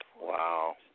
Wow